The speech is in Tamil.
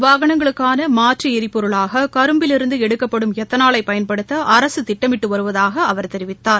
வாகனங்களுக்கான மாற்று எரிபொருளாக கரும்பிலிருந்து எடுக்கப்படும் எத்தனாலை பயன்படுத்த அரசு திட்டமிட்டு வருவதாக அவர் தெரிவித்தார்